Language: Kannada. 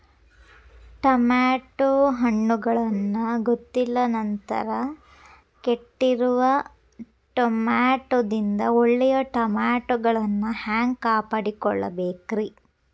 ಟಮಾಟೋ ಹಣ್ಣುಗಳನ್ನ ಗೊತ್ತಿಲ್ಲ ನಂತರ ಕೆಟ್ಟಿರುವ ಟಮಾಟೊದಿಂದ ಒಳ್ಳೆಯ ಟಮಾಟೊಗಳನ್ನು ಹ್ಯಾಂಗ ಕಾಪಾಡಿಕೊಳ್ಳಬೇಕರೇ?